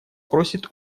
просит